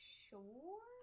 sure